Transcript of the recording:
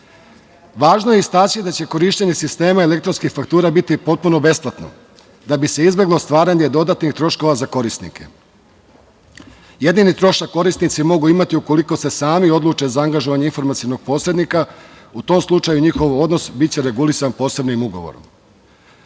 je istaći da će korišćenje sistema elektronskih faktura biti potpuno besplatno da bi se izbeglo stvaranje dodatnih troškova za korisnike. Jedini trošak korisnici mogu imati ukoliko se sami odluče za angažovanje informacionog posrednika. U tom slučaju njihov odnos biće regulisan posebnim ugovorom. Predlogom